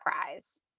prize